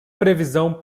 previsão